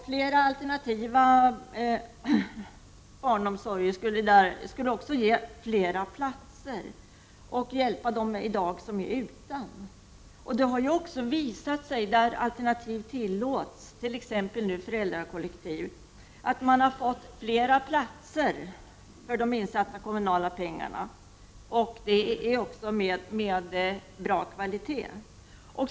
Flera alternativa barnomsorgsformer skulle också ge flera platser och hjälpa dem som i dag är utan. Det har visat sig där alternativ tillåts, t.ex. föräldrakooperativ, att man har fått fler platser för de insatta kommunala pengarna och det med bra kvalitet.